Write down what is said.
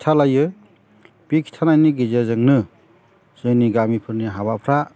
खिन्था लायो बे खिन्थानायनि गेजेरजोंनो जोंनि गामिफोरनि हाबाफ्रा